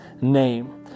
name